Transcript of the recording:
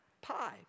pi